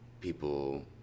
people